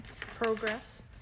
Progress